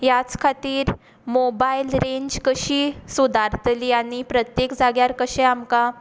ह्याच खातीर mobile range कशी सुदारतली आनी प्रत्येक जाग्यार कशें आमकां